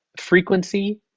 frequency